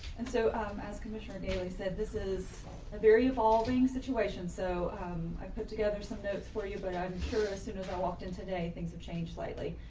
and so um as commissioner daley said, this is a very evolving situation. so i put together some notes for you, but i'm sure as soon as i walked in today, things have changed slightly.